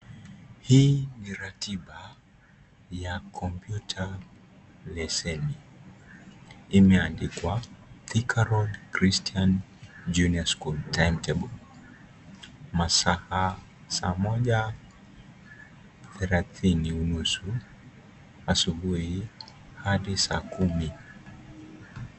Hii ni ratiba ya kompyuta leseni. Imeandikwa Thika Road Christian junior school timetable . Masaa, saa moja thelathini/ unusu asubuhi hadi saa kumi.